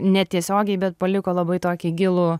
netiesiogiai bet paliko labai tokį gilų